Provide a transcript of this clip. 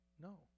no